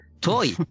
toy